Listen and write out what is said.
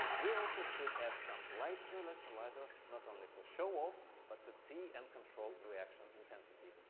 we also should add some light to electrolyzer. not only for show off but to see and control reaction intensity.